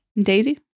Daisy